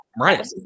right